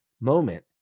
moment